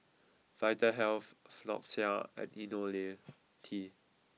Vitahealth Floxia and Ionil T